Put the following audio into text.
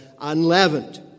unleavened